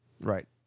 Right